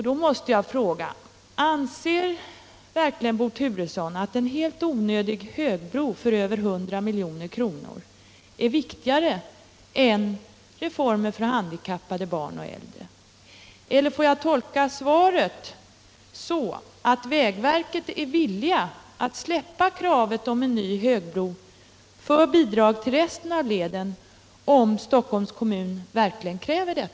Då måste jag fråga: Anser verkligen Bo Turesson att en helt onödig högbro för över 100 milj.kr. är viktigare än reformer för handikappade, barn och äldre? Eller får jag tolka svaret så, att vägverket är villigt att släppa kravet på en högbro för bidrag till resten av leden om Stockholms kommun verkligen kräver detta?